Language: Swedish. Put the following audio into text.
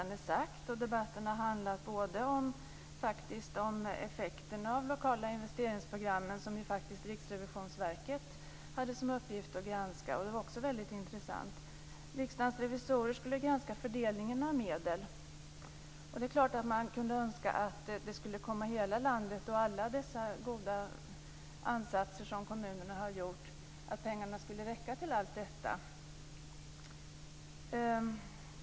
Fru talman! Det är inte mycket mer att säga så här i den sista skälvande minuten av den här debatten. Jag anser att det mesta redan är sagt. Debatten har handlat om effekterna av de lokala investeringsprogrammen som Riksrevisionsverket hade i uppgift att granska. Det var väldigt intressant. Riksdagens revisorer skulle granska fördelningen av medlen. Det är klart att man kan önska att de skulle komma hela landet till del och att pengarna skulle räcka till alla de goda ansatser som kommunerna har gjort.